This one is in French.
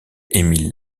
émile